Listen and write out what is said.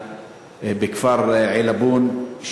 בכפר עילבון,